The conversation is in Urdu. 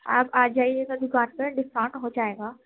آپ آ جائے گا دُکان پر ڈسکاؤنٹ ہو جائے گا